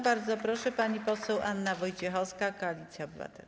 Bardzo proszę, pani poseł Anna Wojciechowska, Koalicja Obywatelska.